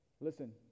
Listen